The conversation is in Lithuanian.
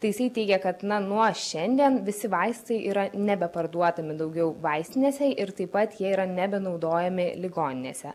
tai jisai teigia kad na nuo šiandien visi vaistai yra nebeparduodami daugiau vaistinėse ir taip pat jie yra nebenaudojami ligoninėse